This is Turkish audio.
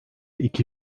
iki